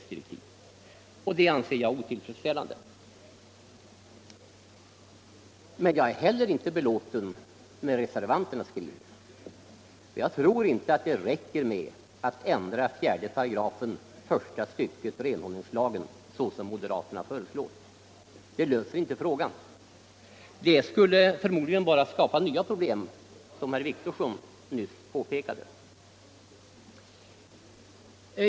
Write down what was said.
Det anser jag otillfredsställande. Men jag är heller inte belåten med reservanternas skrivning. Jag tror inte det räcker med att ändra 4 § första stycket renhållningslagen så som moderaterna föreslår. Det löser inte frågan. Det skulle förmodligen bara skapa nya problem, som herr Wictorsson nyss påpekade.